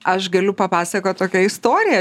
aš galiu papasakot tokią istoriją